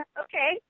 okay